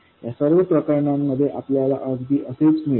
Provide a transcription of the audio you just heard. या सर्व प्रकरणांमध्ये आपल्याला अगदी असेच मिळेल